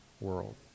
world